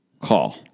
call